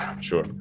Sure